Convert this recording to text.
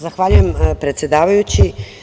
Zahvaljujem predsedavajući.